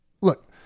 look